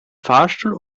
fahrstuhl